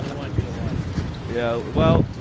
um want you to watch, too. yeah, well,